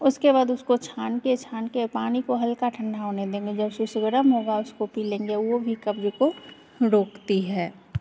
उसके बाद उसको छान के छान के पानी को हल्का ठंडा होने देंगे जैसे जैसे गरम होगा उसको पी लेंगे वो भी कब्ज़ को रोकती है